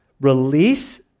release